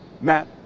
Matt